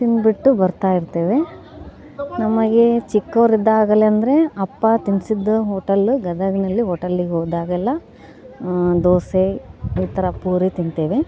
ತಿಂದ್ಬಿಟ್ಟು ಬರ್ತಾಯಿರ್ತೇವೆ ನಮಗೆ ಚಿಕ್ಕವರಿದ್ದಾಗಲೆ ಅಂದರೆ ಅಪ್ಪ ತಿನ್ನಿಸಿದ್ದ ಹೋಟೆಲ್ ಗದಗಿನಲ್ಲಿ ಓಟಲಿಗೆ ಹೋದಾಗೆಲ್ಲ ದೋಸೆ ಈ ಥರ ಪೂರಿ ತಿಂತೇವೆ